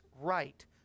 right